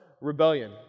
rebellion